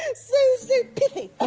and so so pithy!